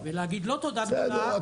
ולהגיד לא תודה גדולה ל --- בסדר,